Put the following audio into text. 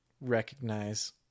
Recognize